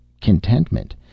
contentment